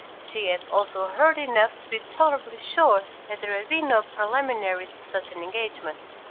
she had also heard enough to be tolerably sure that there had been no preliminaries to such an engagement.